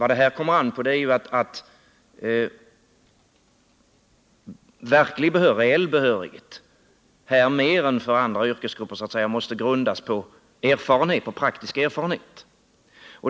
Det beror på att reell behörighet här mer än för andra yrkesgrupper måste grundas på praktisk erfarenhet.